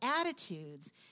attitudes